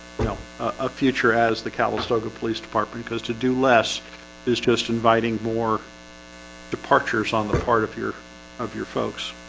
you know a future as the calistoga police department because to do less is just inviting more departures on the part of your of your folks